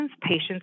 patients